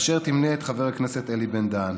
אשר תמנה את חבר הכנסת אלי בן-דהן.